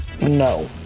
no